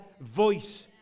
voice